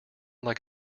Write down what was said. like